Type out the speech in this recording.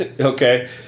Okay